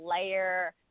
layer